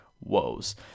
woes